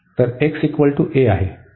तर xa आहे